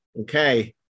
Okay